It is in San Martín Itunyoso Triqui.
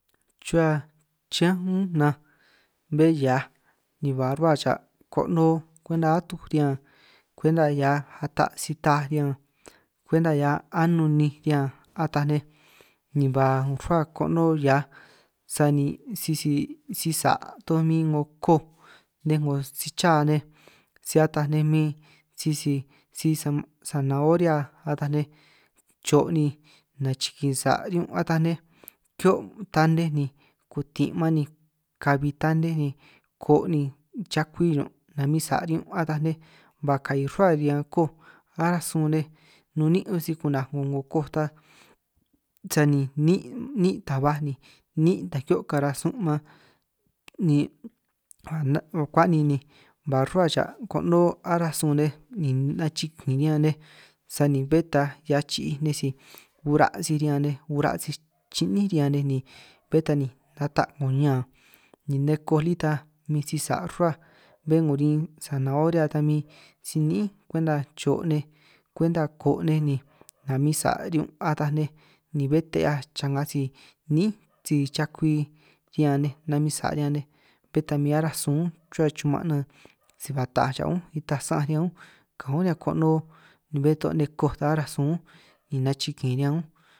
Chuhuá chiñán únj nanj bé hiaj ni ba ruhua cha kono'ó kwenta atuj riñan, kwenta hiaj ata' si-taj riñan kwenta hiaj anún ninj riñan ataj nej ni ba rruhuaj kono'ó hiaj sani sisi sisa' toj min 'ngo koj, nej 'ngo si-cha nej si ataj nej min sisi sisi sanahoria ataj nej cho' ni nachikin sa' riñun' ataj nej, kihio' tanej ni kutin' man ni kabi tanej ni koo' ni chakwi ñun' namin sa' riñun ataj nej, ba ka'i rruhua riñan koj aráj sun nej nun níin' un si ku'naj ko'ngo koj ta sani níin' níin' taj baj ni níin' ta kihio' karasun man, ni kua'nin ni ba rruhua cha' kono'ó aránj sun nej ni nachikin' riñan nej, sáni bé taj hiaj chi'ii nej sij ura' nej sij riñan nej chiníj riñan nej ni ata' 'ngo ñan, nej koj lí ta min si sa' rruhua bé 'ngo rin sanahoria ta min sí ni'ín kwenta cho' nej kwenta koo' nej ni namin sa' riñun' ataj nej, ni bé ta 'hiaj cha'ngaj si níin' si chakwi riñan nej namin sa' riñan nej bé ta min aráj sun únj chuhua chuman' nan, si ba taaj cha' únj nitaj san'anj riñan únj ka'anj únj riñan kono'ó, ni bé to' nej koj ta aránj sunj únj ni nachikin riñan únj.